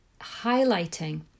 highlighting